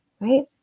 Right